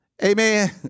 Amen